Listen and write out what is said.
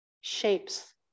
shapes